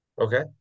Okay